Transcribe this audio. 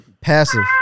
Passive